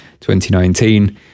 2019